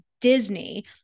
Disney